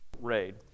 Raid